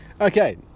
okay